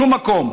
שום מקום.